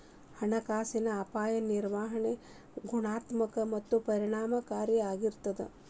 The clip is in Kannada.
ಹಣಕಾಸಿನ ಅಪಾಯ ನಿರ್ವಹಣೆ ಗುಣಾತ್ಮಕ ಮತ್ತ ಪರಿಣಾಮಕಾರಿ ಆಗಿರ್ತದ